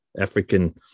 African